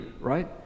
right